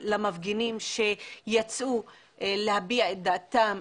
כלפי המפגינים שיצאו להביע את דעתם,